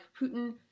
Putin